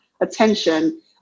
attention